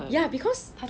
ya because to